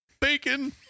bacon